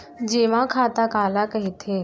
जेमा खाता काला कहिथे?